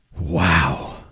Wow